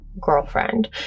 girlfriend